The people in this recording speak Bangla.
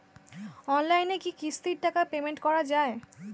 অনলাইনে কি কিস্তির টাকা পেমেন্ট করা যায়?